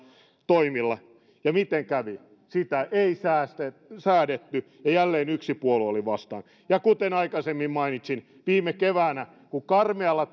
toimilla ja miten kävi sitä ei säädetty ja jälleen yksi puolue oli vastaan ja kuten aikaisemmin mainitsin viime keväänä kun karmealla